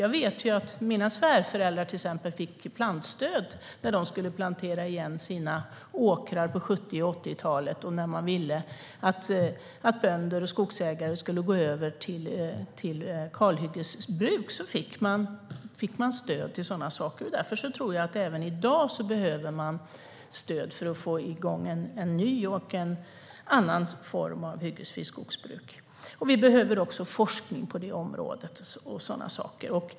Jag vet att till exempel mina svärföräldrar fick plantstöd när de skulle plantera igen sina åkrar på 70 och 80-talet, och när man ville att bönder och skogsägare skulle gå över till kalhyggesbruk så fick de stöd till sådana saker. Därför tror jag att vi även i dag behöver stöd för att få igång en ny och annan form av hyggesfritt skogsbruk. Vi behöver också forskning på det området och sådana saker.